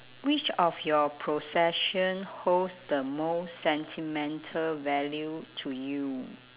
which of your possession holds the most sentimental value to you